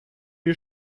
die